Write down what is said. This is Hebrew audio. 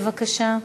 בבקשה.